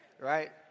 Right